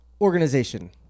organization